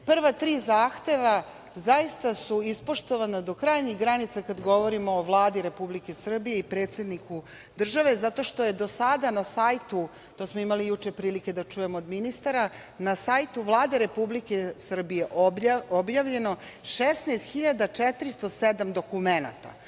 prva tri zahteva zaista su ispoštovana do krajnjih granica kada govorimo o Vladi Republike Srbije i predsedniku države, zato što je do sada na sajtu, to smo juče imali prilike da čujemo od ministara, na sajtu Vlade Republike Srbije objavljeno 16.407 dokumenata.